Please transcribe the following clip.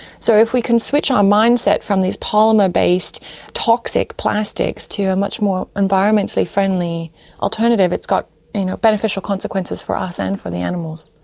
so if we can switch our mindset from these polymer-based toxic plastics to a much more environmentally friendly alternative, it's got you know beneficial consequences for us and for the animals.